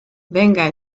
venga